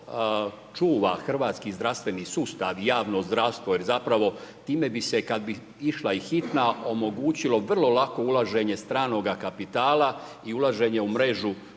čuva hrvatski zdravstveni sustav i javno zdravstvo. Jer zapravo, time bi se kad bi išla i hitna omogućilo vrlo lako ulaženje stranoga kapitala i ulaženje u mrežu